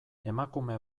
emakume